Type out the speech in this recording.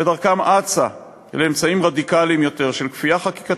ודרכם אצה לאמצעים רדיקליים יותר של כפייה חקיקתית,